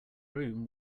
room